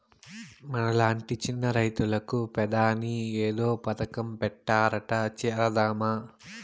మనలాంటి చిన్న రైతులకు పెదాని ఏదో పథకం పెట్టారట చేరదామా